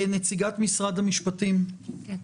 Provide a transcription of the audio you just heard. נציגת משרד המשפטים, בבקשה.